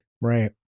Right